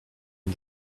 and